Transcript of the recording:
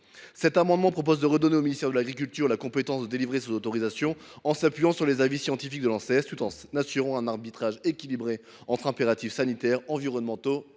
Cet amendement vise à redonner au ministère de l’agriculture la compétence de délivrance de ces autorisations, en s’appuyant sur les avis scientifiques de l’Anses, tout en assurant un arbitrage équilibré entre les impératifs sanitaires, environnementaux et économiques.